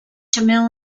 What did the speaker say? tamil